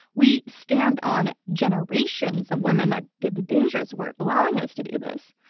we stand on generations of women that did the dangerous work allowing us to do this.